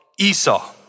Esau